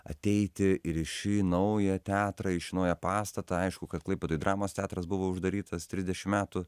ateiti ir į šį naują teatrąį šį naują pastatą aišku kad klaipėdoj dramos teatras buvo uždarytas trisdešim metų